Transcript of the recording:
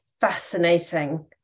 fascinating